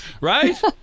right